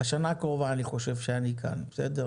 בשנה הקרובה אני חושב שאני כאן, בסדר?